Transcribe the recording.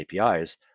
APIs